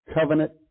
Covenant